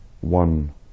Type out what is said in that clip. one